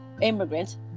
Immigrant